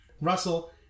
Russell